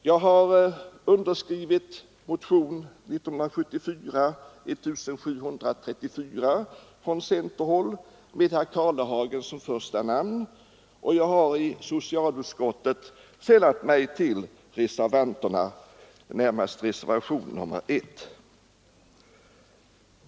Jag har skrivit under motionen 1734 från centerhåll med herr Karlehagen som första namn, och jag har i socialutskottet sällat mig till reservanterna, närmast under reservationen 1.